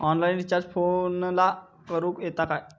Online recharge फोनला करूक येता काय?